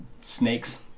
snakes